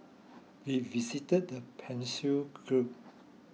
we visited the Persian Gulf